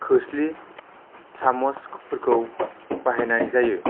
खोस्लि सामसफोरखौ बाहायनाय जायो